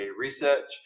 Research